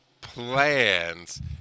plans